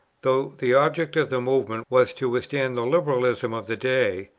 though the object of the movement was to withstand the liberalism of the day,